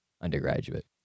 undergraduate